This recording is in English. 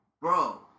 Bro